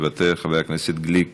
מוותר, חבר הכנסת גליק,